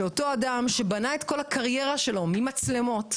שאותו אדם שבנה את כל הקריירה שלו ממצלמות,